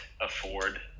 afford